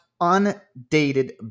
undated